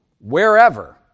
wherever